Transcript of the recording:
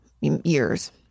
years